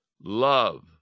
love